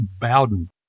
Bowden